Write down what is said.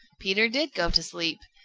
peter did go to sleep.